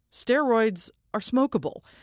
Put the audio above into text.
steroids are smokable.